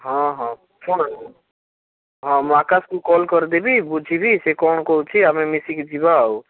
ହଁ ହଁ ଶୁଣ୍ ହଁ ମୁଁ ଆକାଶକୁ କଲ୍ କରିଦେବି ବୁଝିବି ସେ କ'ଣ କହୁଛି ଆମେ ମିଶିକି ଯିବା ଆଉ